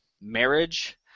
marriage